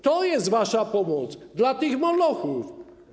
To jest wasza pomoc - dla tych molochów.